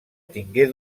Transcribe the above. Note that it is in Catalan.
tingué